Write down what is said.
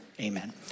amen